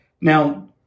now